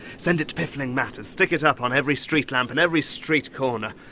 send it to piffling matters! stick it up on every street lamp and every street corner.